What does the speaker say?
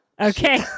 Okay